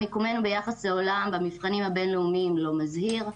מיקומנו ביחס לעולם במבחנים הבין-לאומיים לא מזהיר.